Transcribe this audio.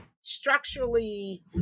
structurally